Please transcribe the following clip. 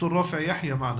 ד"ר ראפע יחיא.